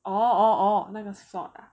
oh oh oh 那个 salt ah